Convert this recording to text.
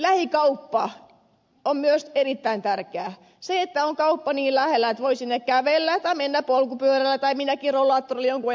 lähikauppa on myös erittäin tärkeä se että on kauppa niin lähellä että voi sinne kävellä tai mennä polkupyörällä tai minäkin rollaattorilla jonkin ajan kuluttua